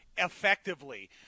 effectively